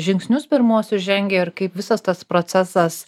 žingsnius pirmuosius žengė ir kaip visas tas procesas